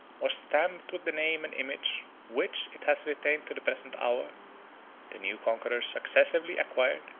was stamped with the name and image which it has retained to the present hour the new conquerors successively acquired,